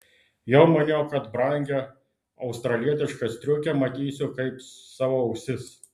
jau maniau kad brangią australietišką striukę matysiu kaip savo ausis